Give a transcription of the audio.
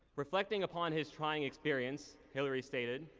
reflecting upon his trying experience, hillary stated,